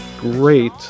Great